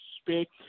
speak